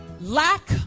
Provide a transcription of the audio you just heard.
lack